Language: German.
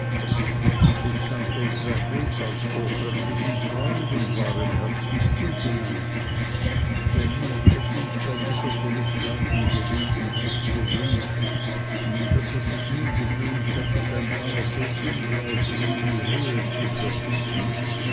ich kannte traddles als vortrefflichen freund und war ihm herzlich zugeneigt dennoch hätte ich bei dieser delikaten gelegenheit gewünscht daß er sich nie gewöhnt hätte sein haar so unglaublich in die höhe zu bürsten